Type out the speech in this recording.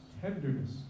tenderness